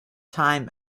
time